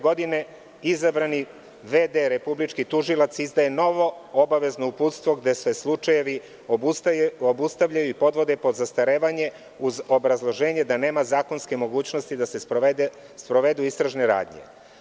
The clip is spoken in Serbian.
Godine 2004. izabrani VD republički tužilac izdaje novo obavezno uputstvo gde se slučajevi obustavljaju i podvode pod zastarevanje, uz obrazloženje da nema zakonske mogućnosti da se sprovedu istražne radnje.